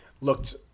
looked